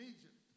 Egypt